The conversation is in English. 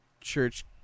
church